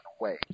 away